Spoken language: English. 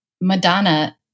Madonna